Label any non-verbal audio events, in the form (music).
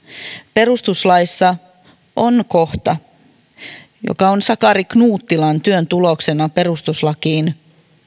perustuslaissa on kohta (unintelligible) joka on sakari knuuttilan työn tuloksena perustuslakiin